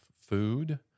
food